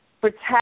protect